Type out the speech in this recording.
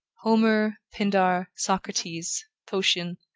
homer, pindar, socrates, phocion,